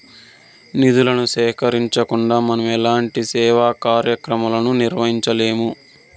నిధులను సేకరించకుండా మనం ఎలాంటి సేవా కార్యక్రమాలను నిర్వహించలేము